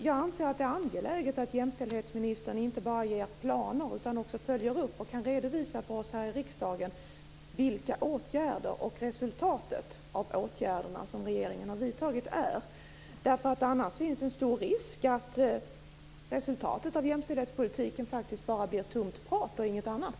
Jag anser att det är angeläget att jämställdhetsministern inte bara ger planer utan också följer upp dem och kan redovisa för oss här i riksdagen vilka åtgärder som regeringen vidtar och vilket resultatet av dem är. Annars finns det nämligen en stor risk för att resultatet av jämställdhetspolitiken bara blir tomt prat och inget annat.